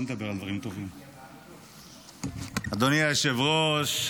אדוני היושב-ראש,